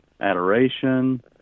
adoration